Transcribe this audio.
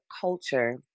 culture